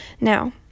Now